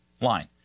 line